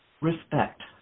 respect